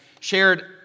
shared